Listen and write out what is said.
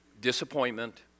disappointment